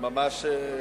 ממש שוק.